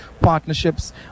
partnerships